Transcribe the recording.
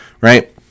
right